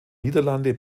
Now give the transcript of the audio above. niederlande